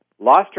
lost